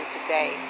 today